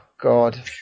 God